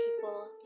people